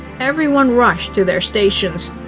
everyone rushed to their stations.